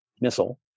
missile